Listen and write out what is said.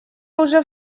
уже